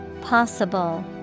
possible